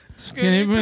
skinny